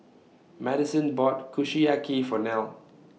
Madyson bought Kushiyaki For Nell